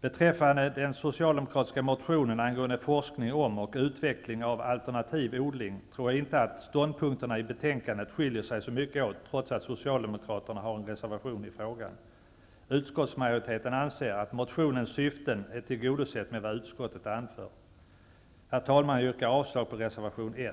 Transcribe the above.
Beträffande den socialdemokratiska motionen angående forskning om och utveckling av alternativ odling tror jag inte att ståndpunkterna i betänkandet skiljer sig så mycket åt trots att socialdemokraterna har en reservation i frågan. Utskottsmajoriteten anser att motionens syften är tillgodosedda i och med det som utskottet har anfört. Herr talman! Jag yrkar avslag på reservation 1.